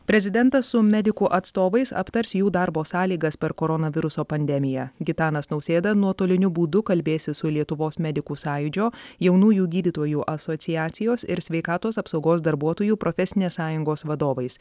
prezidentas su medikų atstovais aptars jų darbo sąlygas per koronaviruso pandemiją gitanas nausėda nuotoliniu būdu kalbėsis su lietuvos medikų sąjūdžio jaunųjų gydytojų asociacijos ir sveikatos apsaugos darbuotojų profesinės sąjungos vadovais